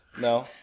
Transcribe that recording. No